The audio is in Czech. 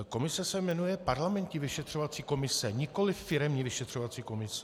Komise se jmenuje parlamentní vyšetřovací komise, nikoliv firemní vyšetřovací komise.